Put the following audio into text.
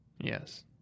Yes